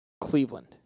Cleveland